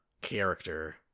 character